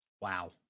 Wow